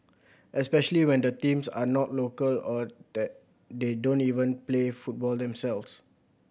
especially when the teams are not local or that they don't even play football themselves